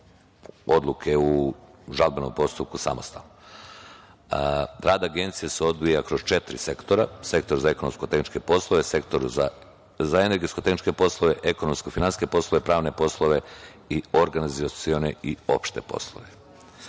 odluke u žalbenom postupku samostalno. Rad Agencije se odvija kroz četiri sektora: sektor za ekonomsko-tehničke poslove, sektor za energetsko tehničke poslove, ekonomsko finansijske poslove, pravne poslove i organizacione i opšte poslove. Agencija